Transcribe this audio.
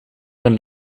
een